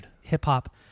hip-hop